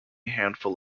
handful